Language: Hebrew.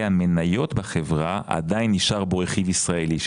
המניות בחברה עדיין נשאר בו רכיב ישראלי,